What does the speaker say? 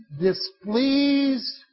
displeased